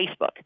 Facebook